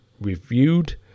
reviewed